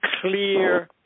clear